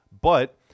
but-